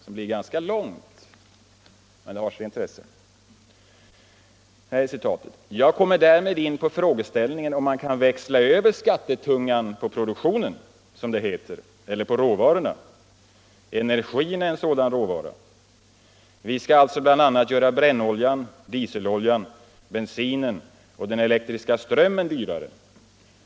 Det blir ganska långt, men det har sitt intresse: ”Jag kommer därmed in på ——-- frågeställningen om man kan växla över skattetungan på produktionen, som det heter, eller på råvarorna. Energin är en sådan råvara. Vi skall alltså bl.a. göra brännoljan, dieseloljan, bensinen och den elektriska strömmen dyrare.